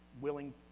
willing